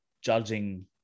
judging